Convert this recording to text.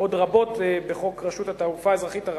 עוד רבות בחוק רשות התעופה האזרחית הראשי,